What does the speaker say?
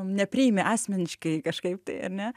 nepriimi asmeniškai kažkaip tai ar ne